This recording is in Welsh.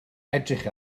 edrych